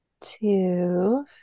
two